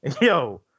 Yo